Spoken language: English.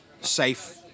safe